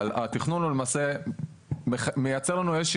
אבל התכנון הוא למעשה מייצר לנו איזושהי